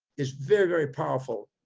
is very, very powerful.